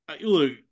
look